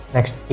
Next